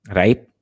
right